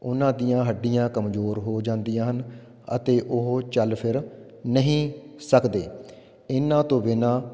ਉਹਨਾਂ ਦੀਆਂ ਹੱਡੀਆਂ ਕਮਜ਼ੋਰ ਹੋ ਜਾਂਦੀਆਂ ਹਨ ਅਤੇ ਉਹ ਚੱਲ ਫਿਰ ਨਹੀਂ ਸਕਦੇ ਇਹਨਾਂ ਤੋਂ ਬਿਨਾਂ